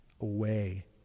Away